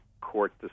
court